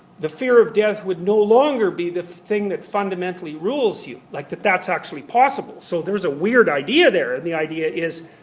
the fear of death would no longer be the thing that fundamentally rules you. like that that's actually possible. so there's a weird idea there, and the idea is